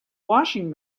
washing